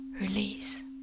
release